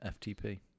FTP